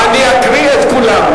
ואקריא את כולן,